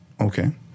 Okay